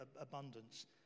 abundance